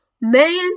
man